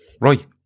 Right